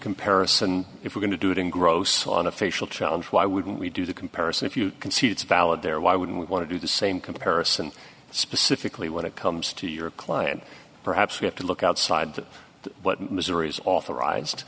comparison if we're going to do it in gross on a facial challenge why wouldn't we do the comparison if you can see it's valid there why wouldn't we want to do the same comparison specifically when it comes to your client perhaps we have to look outside to what missouri's authorized